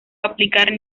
aplicar